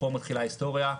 פה מתחילה ההיסטוריה.